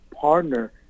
partner